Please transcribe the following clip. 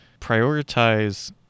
prioritize